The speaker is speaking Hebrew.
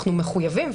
אנחנו מחויבים.